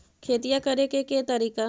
खेतिया करेके के तारिका?